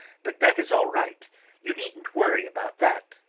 but that is all right you needn't worry about that!